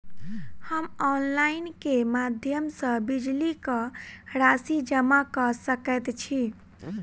हम ऑनलाइन केँ माध्यम सँ बिजली कऽ राशि जमा कऽ सकैत छी?